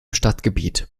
stadtgebiet